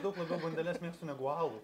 daug labiau bandeles mėgstu negu alų